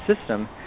system